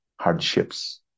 hardships